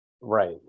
right